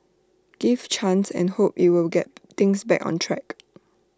give chance and hope IT will get things back on track